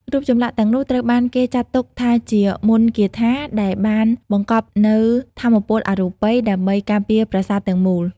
រូបចម្លាក់ទាំងនោះត្រូវបានគេចាត់ទុកថាជាមន្តគាថាដែលបានបង្កប់នូវថាមពលអរូបី ដើម្បីការពារប្រាសាទទាំងមូល។